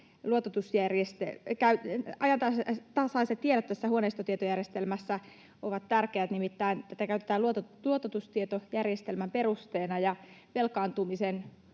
ajantasaiset tiedot huoneistotietojärjestelmässä ovat tärkeät. Nimittäin tätä käytetään luototustietojärjestelmän perusteena, ja velkaantumisen